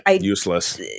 Useless